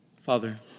Father